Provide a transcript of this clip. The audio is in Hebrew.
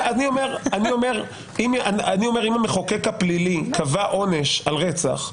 אם המחוקק הפלילי קבע עונש על רצח,